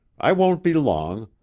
i won't be long.